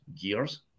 gears